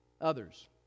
others